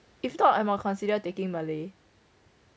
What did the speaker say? if not I might consider taking malay